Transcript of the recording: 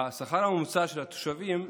השכר הממוצע של התושבים,